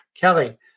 Kelly